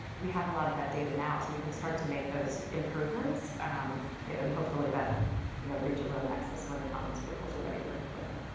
we have a lot of that data now so we can start to make those improvements you know and hopefully then you know reach a real nexus when autonomous vehicles are ready for deployment.